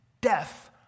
death